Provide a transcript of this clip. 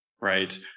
Right